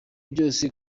byose